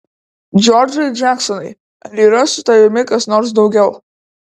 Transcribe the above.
džordžai džeksonai ar yra su tavimi kas nors daugiau